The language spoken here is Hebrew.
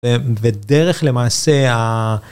ודרך למעשה ה...